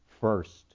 first